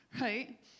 Right